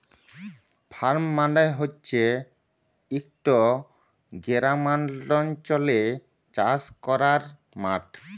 farm মালে হছে ইকট গেরামাল্চলে চাষ ক্যরার মাঠ